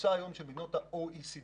שהממוצע היום של מדינות ה-OECD